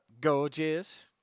Gorgeous